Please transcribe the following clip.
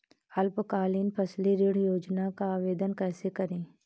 अल्पकालीन फसली ऋण योजना का आवेदन कैसे करें?